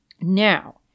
Now